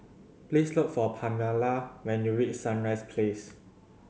please look for Pamala when you reach Sunrise Place